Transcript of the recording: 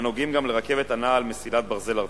הנוגעים גם ברכבת הנעה על מסילת ברזל ארצית.